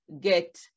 get